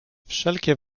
wszelkie